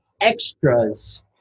extras